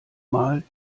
mal